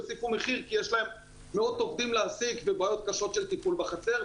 יוסיפו מחיר כי יש להם מאות עובדים להעסיק ובעיות קשות של טיפול בחצר,